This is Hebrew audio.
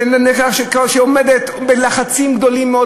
שעומדת בלחצים גדולים מאוד,